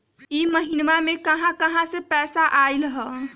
इह महिनमा मे कहा कहा से पैसा आईल ह?